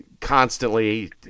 constantly